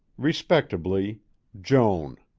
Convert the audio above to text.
respectably joan